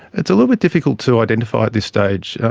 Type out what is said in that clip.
it's a little bit difficult to identify at this stage.